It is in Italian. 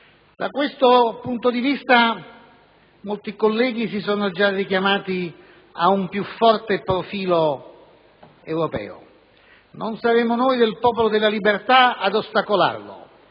Stati Uniti d'America. Molti colleghi si sono già richiamati ad un più forte profilo europeo. Non saremo noi del Popolo della Libertà ad ostacolarlo.